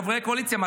חברי הקואליציה,